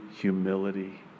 humility